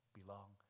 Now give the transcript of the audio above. belong